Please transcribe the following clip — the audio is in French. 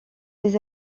des